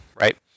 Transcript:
right